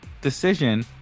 decision